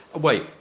Wait